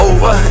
Over